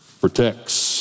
protects